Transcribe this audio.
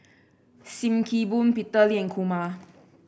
Sim Kee Boon Peter Lee and Kumar